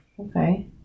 Okay